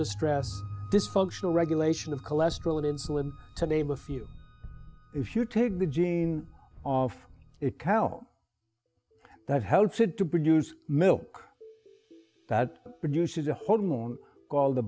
distress dysfunctional regulation of cholesterol and insulin to name a few if you take the gene of it cow that helps it to produce milk that produces a whole moon called the